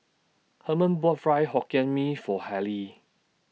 Herman bought Fried Hokkien Mee For Harley